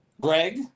Greg